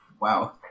Wow